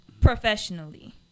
professionally